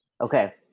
Okay